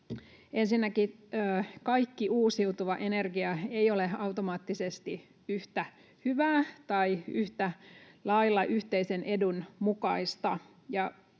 Ensinnäkin, kaikki uusiutuva energia ei ole automaattisesti yhtä hyvää tai yhtä lailla yhteisen edun mukaista.